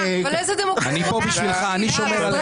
איזה דמוקרטיה --- שכחתי,